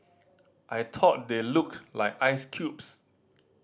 I thought they looked like ice cubes